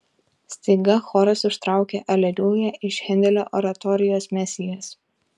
staiga choras užtraukė aleliuja iš hendelio oratorijos mesijas